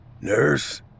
Nurse